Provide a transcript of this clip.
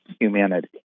humanity